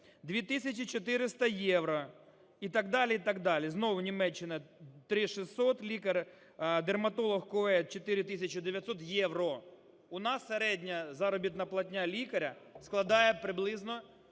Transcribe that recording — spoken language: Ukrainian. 2400 євро. І так далі, і так далі. Знову Німеччина – 3600, лікар-дерматолог в Куе – 4900 євро. У нас середня заробітна платня лікаря складає приблизно